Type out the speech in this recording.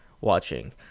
watching